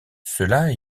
cela